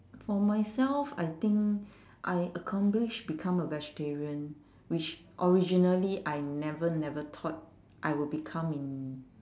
for myself I think I accomplish become a vegetarian which originally I never never thought I would become in